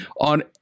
on